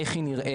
איך היא נראית,